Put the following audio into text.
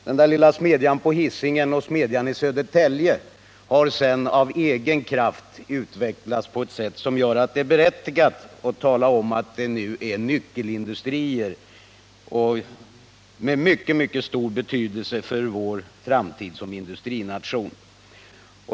— Den där lilla smedjan på Hisingen och smedjan i Södertälje har sedan av egen kraft utvecklats på ett sätt som gör att det är berättigat att tala om att de nu är nyckelindustrier med mycket stor betydelse för vår framtid som industrination.